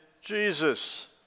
Jesus